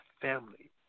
family